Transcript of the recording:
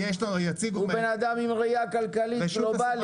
הוא בן אדם עם ראייה כלכלית גלובלית.